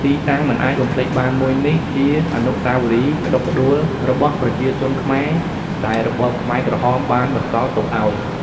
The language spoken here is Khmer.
ទីតាំងមិនអាចបំភ្លេចបានមួយនេះ ជាអនុស្សវរីយ៍ក្តុកក្ដួល របស់ប្រជាជនខ្មែរដែលរបបខ្មែរក្រហមបានបន្សល់ទុកឱ្យ។